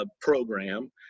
program